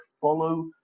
follow